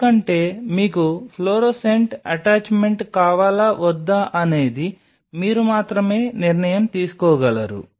ఎందుకంటే మీకు fluorescent attachment కావాలా వద్దా అనేది మీరు మాత్రమే నిర్ణయం తీసుకోగలరు